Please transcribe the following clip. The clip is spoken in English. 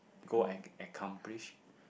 go and accomplish